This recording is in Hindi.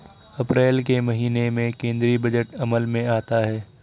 अप्रैल के महीने में केंद्रीय बजट अमल में आता है